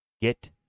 Get